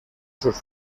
sus